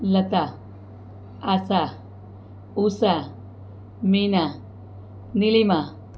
Lata Asha Usha Meena Nilima